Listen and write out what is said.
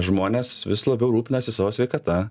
žmonės vis labiau rūpinasi savo sveikata